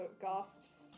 gasps